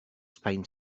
spain